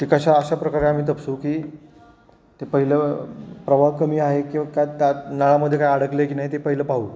ते कशा अशा प्रकारे आम्ही तपासू की ते पहिलं प्रवाह कमी आहे किंवा का त्या नळामध्ये काय अडकलं आहे की नाही ते पहिलं पाहू